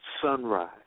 sunrise